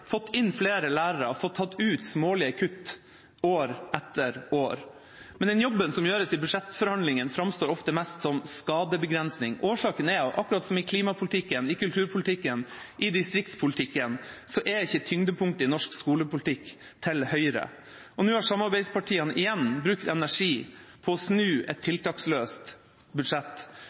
fått inn flere lærere og tatt ut smålige kutt – år etter år. Men den jobben som gjøres i budsjettforhandlingene, framstår ofte mest som skadebegrensning. Årsaken er, akkurat som i klimapolitikken, i kulturpolitikken og i distriktspolitikken, at tyngdepunktet i norsk skolepolitikk ikke er til høyre. Nå har samarbeidspartiene igjen brukt energi på å snu et tiltaksløst budsjett.